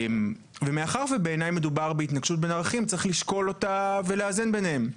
מאחר ובעיניי מדובר בהתנגשות בין ערכית צריך לשקול אותה ולאזן ביניהם,